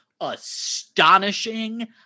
astonishing